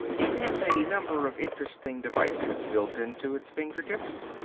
it has a number of interesting devices built into its fingertips.